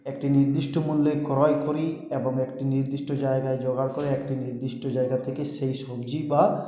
একটি নির্দিষ্ট মূল্যে ক্রয় করি এবং একটি নির্দিষ্ট জায়গায় জোগাড় করে একটি নির্দিষ্ট জায়গা থেকে সেই সবজি বা